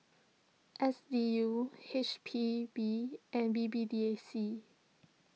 S D U H P B and B B D A C